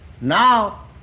Now